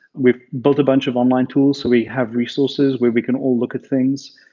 we've built a bunch of online tools. we have resources where we can all look at things.